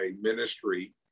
ministry